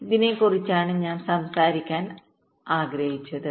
ഇതിനെക്കുറിച്ചാണ് ഞാൻ സംസാരിക്കാൻ ആഗ്രഹിച്ചത്